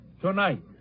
tonight